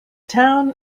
town